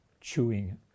chewing